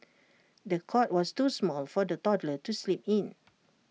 the cot was too small for the toddler to sleep in